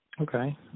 Okay